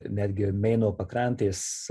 netgi ir meino pakrantės